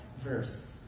verse